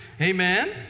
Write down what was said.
Amen